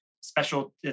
special